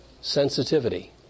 sensitivity